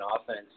offense